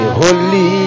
holy